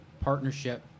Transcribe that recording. partnership